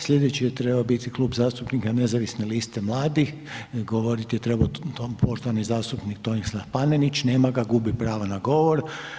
Slijedeći je trebao biti Klub zastupnika Nezavisne liste mladih, govoriti je trebao poštovani zastupnik Tomislav Panenić, nema ga, gubi pravo na govor.